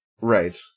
Right